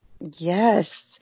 yes